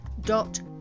dot